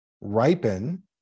ripen